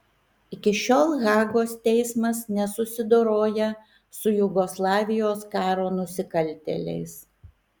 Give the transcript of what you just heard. iki šiol hagos teismas nesusidoroja su jugoslavijos karo nusikaltėliais